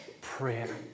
prayer